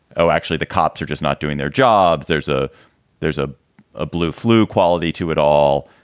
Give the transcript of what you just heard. oh, actually, the cops are just not doing their job there's a there's ah a blue flu quality to it all.